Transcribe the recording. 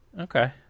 Okay